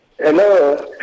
Hello